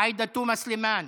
עאידה תומא סלימאן,